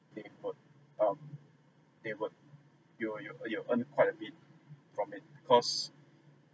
they put um they were you you you earn quite a bit from it cause